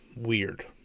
Weird